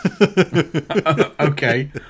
Okay